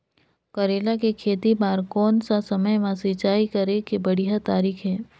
करेला के खेती बार कोन सा समय मां सिंचाई करे के बढ़िया तारीक हे?